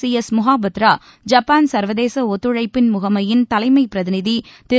C S Mohapatra Japan சர்வதேச ஒத்துழைப்பின் முகமையின் தலைமைப் பிரதிநிதி திரு